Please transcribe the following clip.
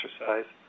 exercise